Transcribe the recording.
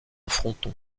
fronton